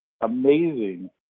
amazing